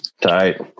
Tight